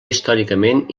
històricament